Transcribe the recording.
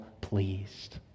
pleased